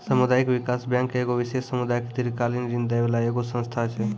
समुदायिक विकास बैंक एगो विशेष समुदाय के दीर्घकालिन ऋण दै बाला एगो संस्था छै